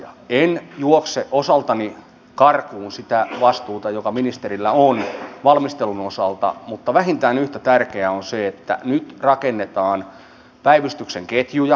en juokse osaltani karkuun sitä vastuuta joka ministerillä on valmistelun osalta mutta vähintään yhtä tärkeää on se että nyt rakennetaan päivystyksen ketjuja